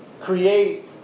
create